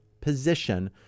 position